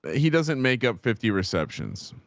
but he doesn't make up fifty receptions.